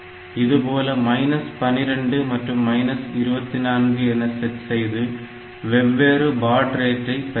இதுபோல மைனஸ் 12 மற்றும் மைனஸ் 24 என செட் செய்து வெவ்வேறு பாட் ரேட்டை பெறலாம்